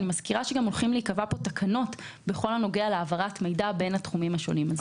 אני מזכירה שייקבעו תקנות בכל הנוגע להעברת מידע בין התחומים השונים.